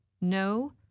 no